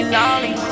lonely